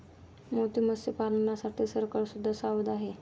मोती मत्स्यपालनासाठी सरकार सुद्धा सावध आहे